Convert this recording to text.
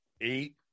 eight